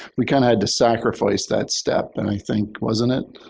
we kind of had to sacrifice that step and i think, wasn't it,